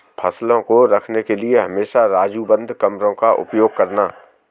फसलों को रखने के लिए हमेशा राजू बंद कमरों का उपयोग करना